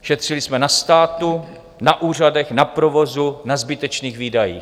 Šetřili jsme na státu, na úřadech, na provozu, na zbytečných výdajích.